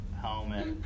helmet